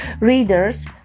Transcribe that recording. readers